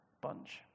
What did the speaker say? bunch